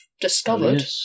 discovered